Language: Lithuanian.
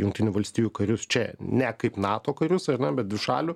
jungtinių valstijų karius čia ne kaip nato karius ar ne bet dvišalių